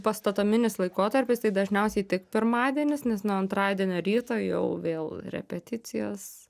pastatominis laikotarpis tai dažniausiai tik pirmadienis nes nuo antradienio ryto jau vėl repeticijos